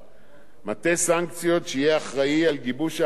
מטה סנקציות יהיה אחראי לגיבוש ההמלצות